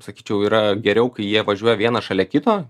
sakyčiau yra geriau kai jie važiuoja vienas šalia kito